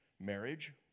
marriage